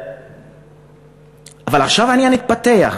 אבל עכשיו העניין התפתח,